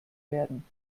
werden